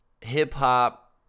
hip-hop